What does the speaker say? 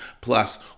plus